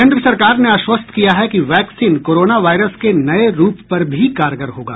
केन्द्र सरकार ने आश्वस्त किया है कि वैक्सीन कोरोना वायरस के नये रूप पर भी कारगर होगा